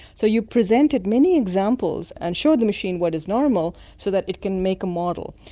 so you present it many examples and show the machine what is normal so that it can make a model.